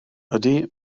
ydy